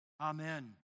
Amen